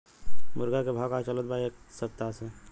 मुर्गा के भाव का चलत बा एक सप्ताह से?